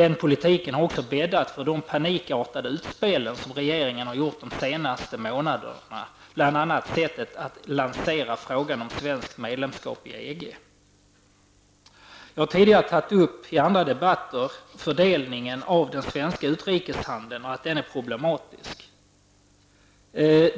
Den politiken har också bäddat för de panikartade utspelen från regeringen de senaste månaderna. Det gäller bl.a. sättet att lansera frågan om svenskt medlemskap i EG. Jag har i tidigare handelspolitiska debatter påpekat att fördelningen av den svenska utrikeshandeln också är problematisk.